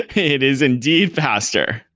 it is indeed faster.